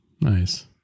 Nice